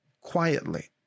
quietly